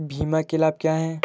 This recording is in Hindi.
बीमा के लाभ क्या हैं?